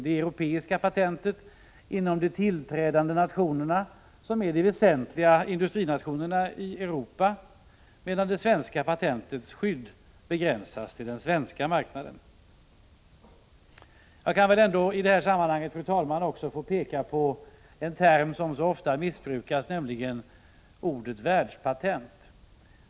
Det europeiska patentet gäller inom de nationer som biträder konventionen, vilka är de väsentliga industrinationerna i Europa, medan det svenska patentets skydd begränsar sig till den svenska marknaden. Jag kan väl i detta sammanhang, fru talman, också få peka på en term som ofta missbrukas, nämligen termen världspatent.